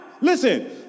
Listen